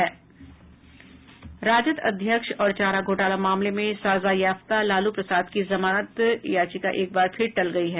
राजद अध्यक्ष और चारा घोटाला मामले में सजायाफ्ता लालू प्रसाद की जमानत एक बार फिर टल गयी है